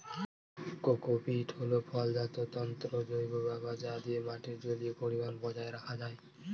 cocopeat হল ফলজাত তন্তুর জৈব ব্যবহার যা দিয়ে মাটির জলীয় পরিমান বজায় রাখা যায়